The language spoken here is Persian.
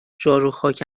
جاروخاک